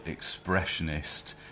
expressionist